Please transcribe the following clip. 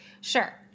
sure